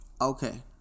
Okay